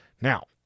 Now